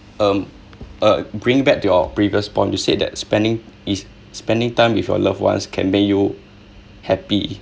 um uh bringing back to your previous point you said that spending is spending time with your loved ones can make you happy